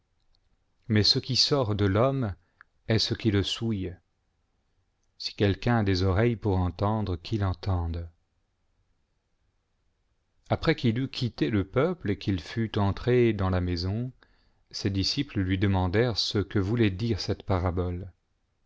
mais ce qui sort de l'homme est ce qui le souille si quelqu'un a des oreilles pour entendre qui l'entendent après qu'il eut quitté le îieuple et qu'il fiit entré dans a maison ses disciples lui demandèrent ce que voulait dire cette parabole